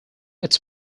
its